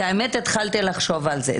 את האמת, התחלתי לחשוב על זה.